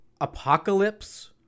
apocalypse